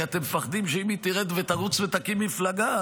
אתם מפחדים שאם היא תרד ותרוץ ותקים מפלגה,